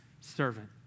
servant